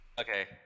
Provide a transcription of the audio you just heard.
Okay